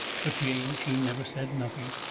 but jane she never said nothing.